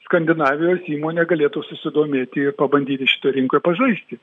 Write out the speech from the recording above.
skandinavijos įmonė galėtų susidomėti ir pabandyti šitoj rinkoj pažaisti